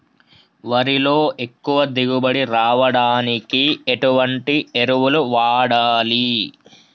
వరిలో ఎక్కువ దిగుబడి రావడానికి ఎటువంటి ఎరువులు వాడాలి?